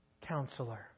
counselor